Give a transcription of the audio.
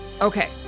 Okay